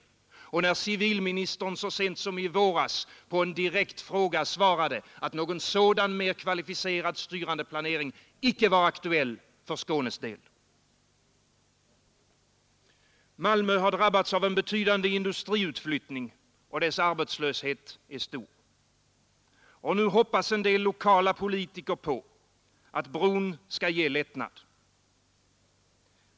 På en direkt fråga svarade civilministern så sent som i våras att någon mer kvalificerad, styrande planering icke var aktuell för Skånes del. Malmö har drabbats av en betydande industriutflyttning, och dess arbetslöshet är stor. Och nu hoppas en del lokala politiker på att bron skall ge lättnad.